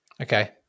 Okay